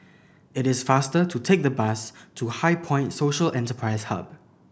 it is faster to take the bus to HighPoint Social Enterprise Hub